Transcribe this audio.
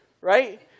right